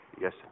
Yes